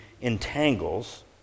entangles